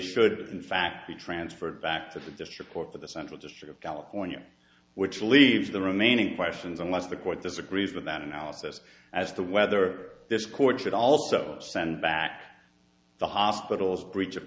should in fact be transferred back to the district court of the central just sort of california which leaves the remaining questions unless the court disagrees with that analysis as to whether this court should also send back the hospital's